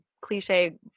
cliche